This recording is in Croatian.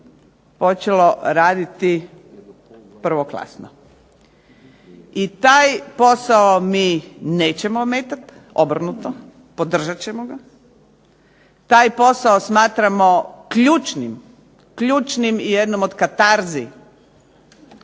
počelo raditi prvoklasno. I taj posao mi nećemo ometati, obrnuto podržat ćemo ga. Taj posao smatramo ključnim i jednom od katarzi